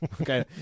okay